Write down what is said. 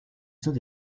saint